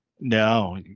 No